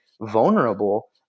vulnerable